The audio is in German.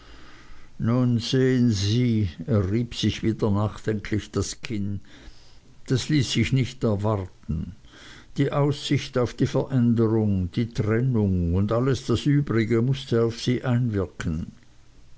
nun sehen sie er rieb sich wieder nachdenklich das kinn das ließ sich nicht erwarten die aussicht auf die veränderung die trennung und alles das übrige mußte auf sie einwirken